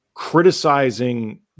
Criticizing